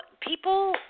people